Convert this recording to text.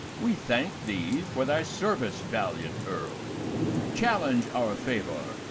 we thank thee for thy service, valiant earl challenge our favour,